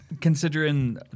Considering